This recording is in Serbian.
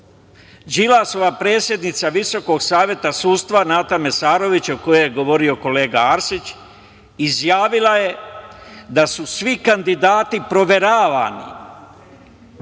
Đilasova predsednica Visokog saveta sudstva Nata Mesarović, o kojoj je govorio kolega Arsić, izjavila je da su svi kandidati proveravani